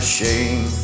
shame